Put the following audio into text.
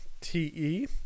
TE